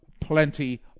plenty